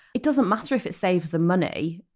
it doesn't matter if it saves the money,